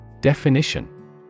Definition